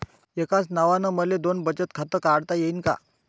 एकाच नावानं मले दोन बचत खातं काढता येईन का?